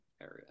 area